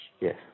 Yes